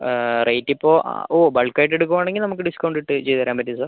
rate ഇപ്പോൾ ആ ഓ ബൾക്ക് ആയിട്ട് എടുക്കുവാണെങ്കിൽ നമുക്ക് ഡിസ്കൗണ്ട് ഇട്ട് ചെയ്തേരാൻ പറ്റും സാർ